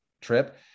trip